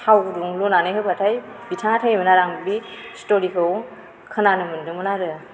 थाव गुदुं लुनानै होबाथाय बिथाङा थैयोमोन आरो आं बे स्ट'रिखौ खोनानो मोनदोंमोन आरो